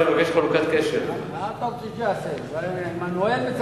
הרב גפני, אני אבקש חלוקת קשב.